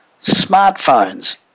Smartphones